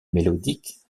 mélodiques